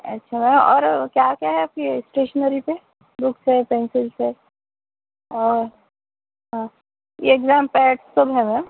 اچھا اور کیا کیا ہے آپ کی اسٹیشنری پہ بکس ہے پنسلس ہے اور اگزام پیڈ سب ہے میم